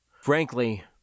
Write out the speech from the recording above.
Frankly